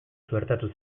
suertatu